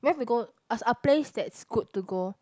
where we go a place that's good to go